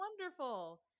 wonderful